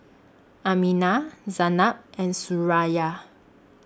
Aminah Zaynab and Suraya